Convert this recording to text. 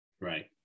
Right